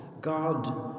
God